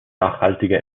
nachhaltige